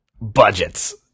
Budgets